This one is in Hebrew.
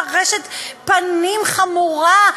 בארשת פנים חמורה,